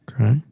Okay